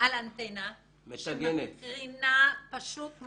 שבאמת ליבך ואוזנך קרויות למצוקות